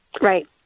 Right